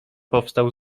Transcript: powstał